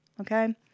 okay